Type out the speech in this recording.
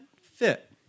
fit